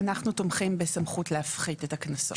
אנחנו תומכים בסמכות להפחית את הקנסות.